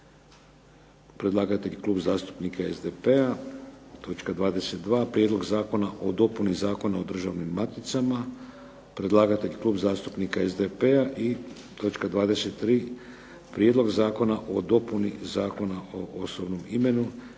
predlagatelj Klub zastupnika SDP-a, točka 22. Prijedlog zakona o dopuni Zakona o državnim maticama, predlagatelj Klub zastupnika SDP-a i točka 23. Prijedlog zakona o dopuni Zakona o osobnom imenu